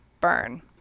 Burn